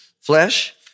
Flesh